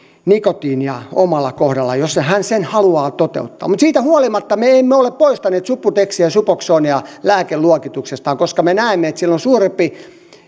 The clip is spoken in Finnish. nikotiinia omalla kohdallaan jos hän sen haluaa toteuttaa mutta siitä huolimatta me emme ole poistaneet subutexia suboxonea lääkeluokituksesta koska me näemme että sillä on suurempi